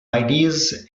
ideas